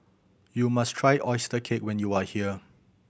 you must try oyster cake when you are here